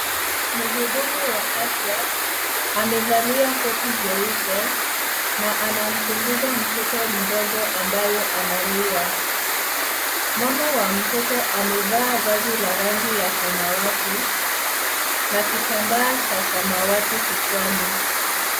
Muhudumu wa afya amevalia koti jeupe naanamchunguza mtoto mdogo ambaye analia. Mama wa mtoto amevaa vazi la rangi ya samawati na kitambaa cha samawati kichwani.